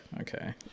okay